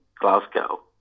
Glasgow